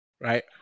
right